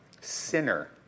Sinner